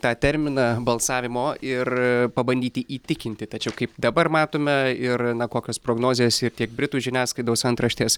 tą terminą balsavimo ir pabandyti įtikinti tačiau kaip dabar matome ir na kokios prognozės ir tiek britų žiniasklaidos antraštės